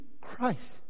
Christ